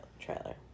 trailer